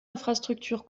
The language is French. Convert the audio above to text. infrastructure